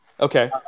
Okay